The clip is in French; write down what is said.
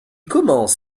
commence